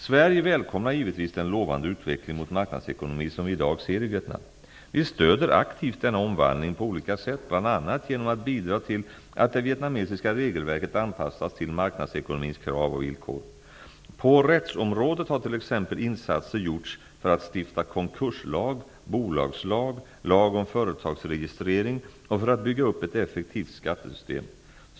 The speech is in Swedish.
Sverige välkomnar givetvis den lovande utveckling mot marknadsekonomi som vi i dag ser i Vietnam. Vi stöder aktivt denna omvandling på olika sätt, bl.a. genom att bidra till att det vietnamesiska regelverket anpassas till marknadsekonomins krav och villkor. På rättsområdet har t.ex. insatser gjorts för att stifta konkurslag, bolagslag, lag om företagsregistrering och för att bygga upp ett effektivt skattesystem.